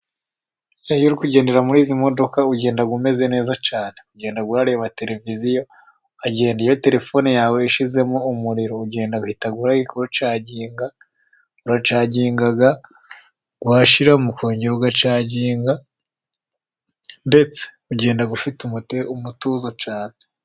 Iyo uri kugendera muri izi modoka ugenda umeze neza cyane ugenda ureba televiziyo, ukagenda iyo telefone yawe ishizemo umuriro ugenda uhita ucaginga, ucaginga washiramo ukongera ugacaginga ndetse ugenda ufite umutuzo cyane.